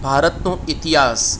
ભારતનો ઇતિહાસ